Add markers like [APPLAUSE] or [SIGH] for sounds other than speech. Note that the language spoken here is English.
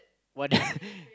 what the [LAUGHS]